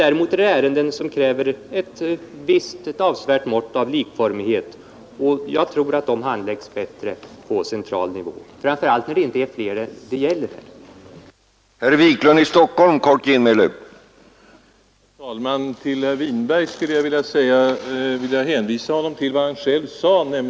Däremot är det ärenden som kräver ett avsevärt mått av likformighet, och jag tror att de handläggs bättre av en myndighet, framför allt när det inte är fler ärenden än det här gäller.